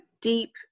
deep